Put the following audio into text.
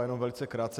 Já jenom velice krátce.